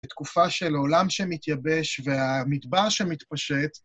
בתקופה של עולם שמתייבש והמדבר שמתפשט.